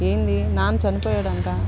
ఏంది నాన్న చనిపోయాడు అంట